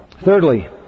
Thirdly